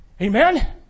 Amen